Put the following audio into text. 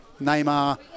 Neymar